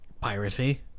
Piracy